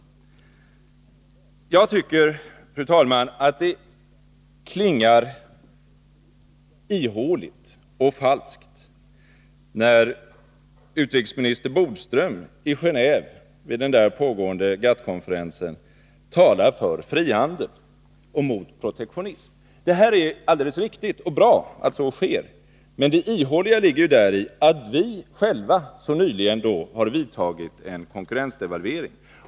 Jag tycker, fru talman, att det klingar ihåligt och falskt när utrikesminister Bodström i Gengåve vid den där pågående GATT-konferensen talar för frihandel och mot protektionism. Det är alldeles riktigt och bra att så sker. Men det ihåliga ligger däri att vi själva helt nyligen har vidtagit en konkurrensdevalvering.